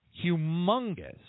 humongous